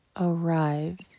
arrive